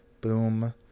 boom